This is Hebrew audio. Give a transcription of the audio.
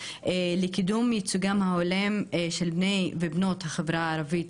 לקידום ייצוגם ההולם של בני ובנות החברה הערבית